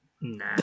nah